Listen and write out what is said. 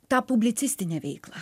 tą publicistinę veiklą